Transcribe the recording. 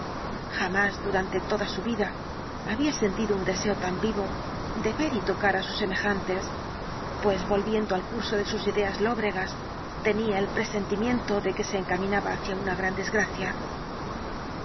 jamás durante toda su vida había sentido un deseo tan vivo de ver y tocar á la ultima noche sus semejantes pues volviendo al curso de sus ideas lóbregas tenía el presentimiento de que se encaminaba hacia una gran desgracia